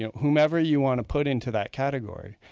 yeah whomever you want to put into that category,